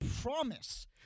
promise